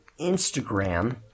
instagram